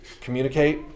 communicate